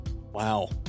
wow